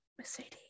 Mercedes